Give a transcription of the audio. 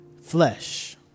flesh